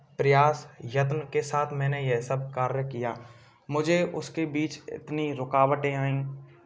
प्रयास यत्न के साथ मैंने ये सब कार्य किया मुझे उसके बीच इतनी रुकावटें आईं